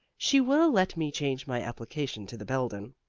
she will let me change my application to the belden.